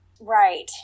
Right